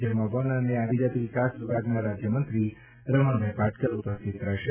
જેમાં વન અને આદિજાતિ વિકાસ વિભાગના રાજ્યમંત્રી રમણભાઈ પાટકર ઉપસ્થિત રહેશે